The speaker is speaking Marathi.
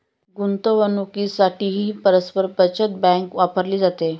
गुंतवणुकीसाठीही परस्पर बचत बँक वापरली जाते